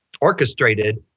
orchestrated